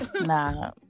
Nah